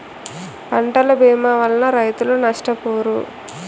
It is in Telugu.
పంటల భీమా వలన రైతులు నష్టపోరు